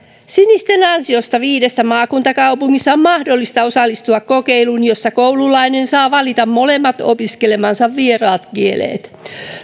sinisten ansiosta viidessä maakuntakaupungissa on mahdollista osallistua kokeiluun jossa koululainen saa valita molemmat opiskelemansa vieraat kielet